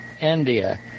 India